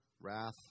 wrath